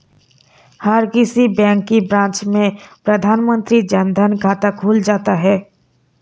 हर किसी बैंक की ब्रांच में प्रधानमंत्री जन धन खाता खुल जाता है